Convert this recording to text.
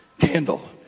candle